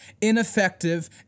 ineffective